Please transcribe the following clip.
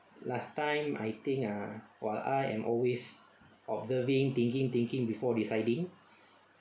last time I think ah while I am always observing thinking thinking before deciding